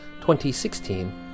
2016